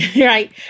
right